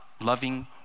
loving